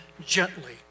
gently